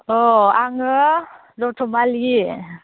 अ आङो लट'मालि